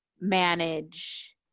manage